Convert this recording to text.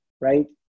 right